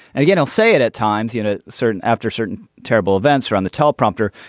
and again i'll say it at times you know certain after certain terrible events are on the teleprompter.